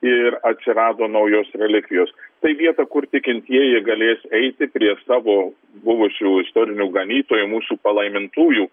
ir atsirado naujos relikvijos tai vieta kur tikintieji galės eiti prie savo buvusių istorinių ganytojų mūsų palaimintųjų